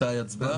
מתי ההצבעה?